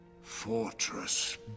fortress